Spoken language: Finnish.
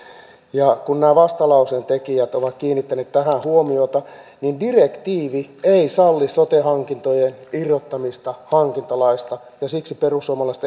kun nämä vastalauseen tekijät ovat kiinnittäneet tähän huomiota niin direktiivi ei salli sote hankintojen irrottamista hankintalaista ja siksi perussuomalaiset